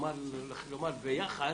חשבתי שאתה רוצה לומר ביחס,